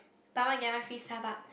buy one get one free Starbuck